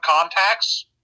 contacts